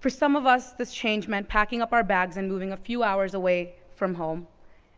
for some of us this change meant packing up our bags and moving a few hours away from home